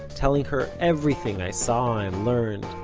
telling her everything i saw and learned.